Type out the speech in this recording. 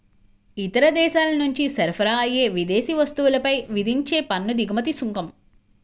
ఇతర దేశాల నుంచి సరఫరా అయ్యే విదేశీ వస్తువులపై విధించే పన్ను దిగుమతి సుంకం